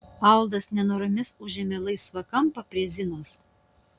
aldas nenoromis užėmė laisvą kampą prie zinos